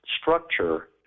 structure